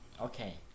Okay